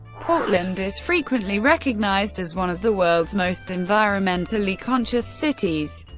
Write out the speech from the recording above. portland is frequently recognized as one of the world's most environmentally conscious cities,